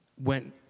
went